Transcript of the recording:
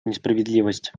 несправедливость